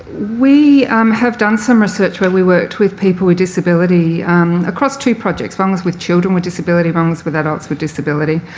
we um have done some research where we worked with people with disability across two projects, one was with children with disability, one was with adults with disability,